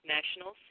National